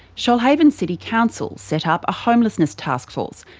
shoalhaven city council set up a homelessness task force,